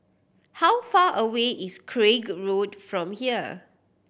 how far away is Craig Road from here